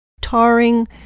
tarring